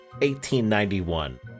1891